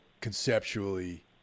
conceptually